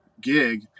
gig